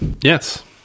Yes